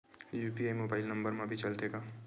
UPI mobile number मा भी चलते हे का?